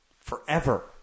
forever